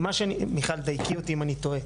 מיכל דייקי אותי אם אני טועה.